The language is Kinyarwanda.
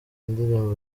indirimbo